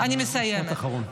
משפט אחרון.